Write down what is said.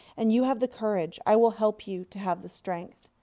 and you have the courage. i will help you to have the strength.